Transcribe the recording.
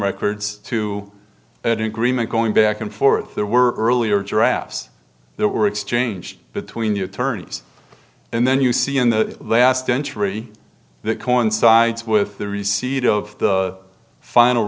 records to an agreement going back and forth there were earlier giraffes that were exchanged between the attorneys and then you see in the last century that coincides with the receipt of the final